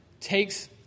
takes